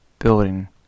Building